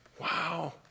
Wow